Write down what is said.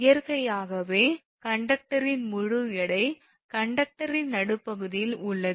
இயற்கையாகவே கண்டக்டரின் முழு எடை கண்டக்டரின் நடுப்பகுதியில் உள்ளது